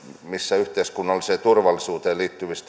mistä yhteiskunnalliseen turvallisuuteen liittyviä